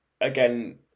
again